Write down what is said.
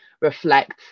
reflect